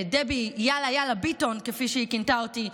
דבי "יאללה יאללה" ביטון, כפי שהיא כינתה אותי,